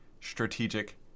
strategic